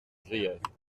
guiers